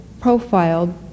profiled